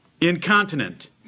Incontinent